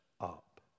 up